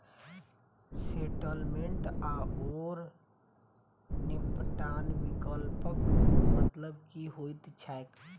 Settlement आओर निपटान विकल्पक मतलब की होइत छैक?